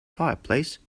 fireplace